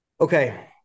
Okay